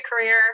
career